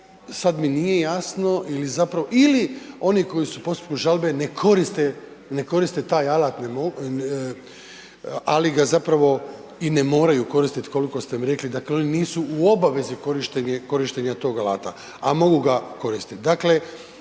sad mi nije jasno ili zapravo, ili oni koji su u postupku žalbe ne koriste, ne koriste taj alat, ali ga zapravo i ne moraju koristit koliko ste mi rekli, dakle oni nisu u obavezi korištenja tog alata, a mogu ga koristit.